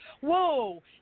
whoa